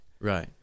Right